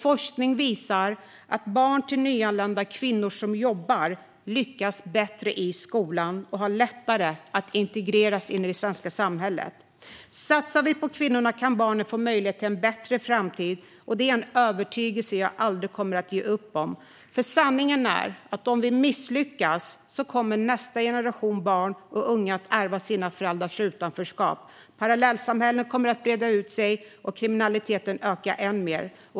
Forskning visar att barn till nyanlända kvinnor som jobbar lyckas bättre i skolan och har lättare att integreras i det svenska samhället. Om vi satsar på kvinnorna kan barnen få möjlighet till en bättre framtid. Detta är en övertygelse jag aldrig kommer att ge upp. Sanningen är att om vi misslyckas kommer nästa generation barn och unga att ärva sina föräldrars utanförskap. Parallellsamhällena kommer att breda ut sig och kriminaliteten öka ännu mer.